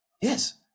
Yes